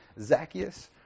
Zacchaeus